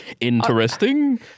Interesting